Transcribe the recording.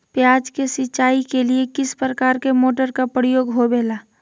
प्याज के सिंचाई के लिए किस प्रकार के मोटर का प्रयोग होवेला?